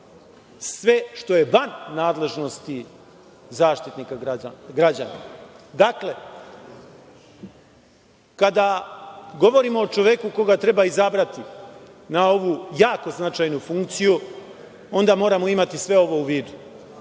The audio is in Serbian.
sve što je van nadležnosti Zaštitnika građana. Dakle, kada govorimo o čoveku koga treba izabrati na ovu jako značajnu funkciju, onda moramo imati sve ovo u vidu. Mi